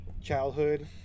childhood